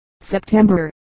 September